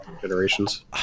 generations